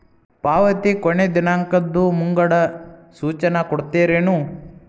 ಪಾವತಿ ಕೊನೆ ದಿನಾಂಕದ್ದು ಮುಂಗಡ ಸೂಚನಾ ಕೊಡ್ತೇರೇನು?